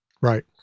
Right